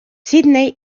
sidney